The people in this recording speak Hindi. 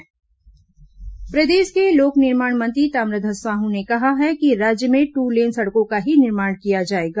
ताम्रध्वज डहरिया दौरा प्रदेश के लोक निर्माण मंत्री ताम्रध्यज साहू ने कहा है कि राज्य में दू लेन सड़कों का ही निर्माण किया जाएगा